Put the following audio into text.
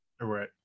right